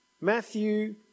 Matthew